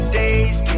days